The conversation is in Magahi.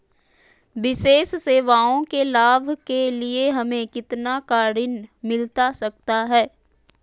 विशेष सेवाओं के लाभ के लिए हमें कितना का ऋण मिलता सकता है?